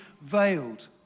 veiled